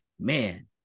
man